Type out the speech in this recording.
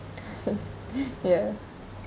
ya